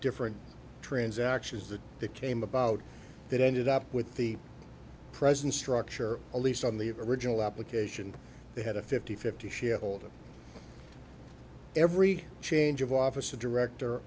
different transactions that it came about that ended up with the present structure at least on the original application they had a fifty fifty shareholder every change of office a director